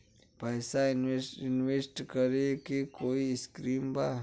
पैसा इंवेस्ट करे के कोई स्कीम बा?